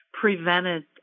prevented